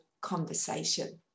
conversation